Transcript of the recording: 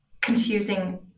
confusing